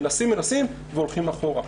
מנסים-מנסים והולכים אחורה.